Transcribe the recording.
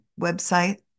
website